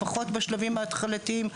לפחות בשלבים ההתחלתיים,